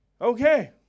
Okay